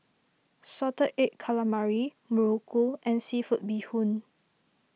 Salted Egg Calamari Muruku and Seafood Bee Hoon